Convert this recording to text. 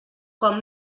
com